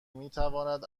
میتواند